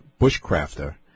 Bushcrafter